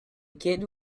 kid